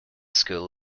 school